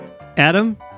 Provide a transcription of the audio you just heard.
Adam